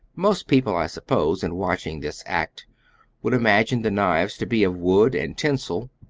most people, i suppose, in watching this act would imagine the knives to be of wood and tinsel,